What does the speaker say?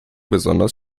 besonders